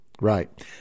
Right